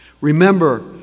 Remember